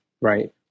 Right